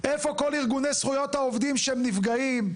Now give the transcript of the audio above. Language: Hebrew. איפה כל ארגוני זכויות העובדים של נפגעים?